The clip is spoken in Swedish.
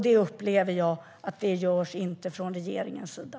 Jag upplever inte att det görs från regeringens sida.